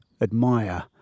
admire